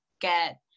get